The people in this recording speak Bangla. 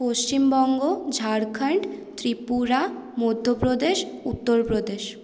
পশ্চিমবঙ্গ ঝাড়খণ্ড ত্রিপুরা মধ্যপ্রদেশ উত্তরপ্রদেশ